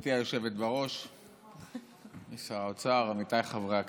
גברתי היושבת בראש ושר האוצר, עמיתיי חברי הכנסת,